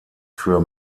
für